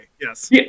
yes